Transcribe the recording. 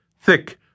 thick